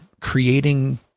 creating